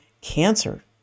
cancer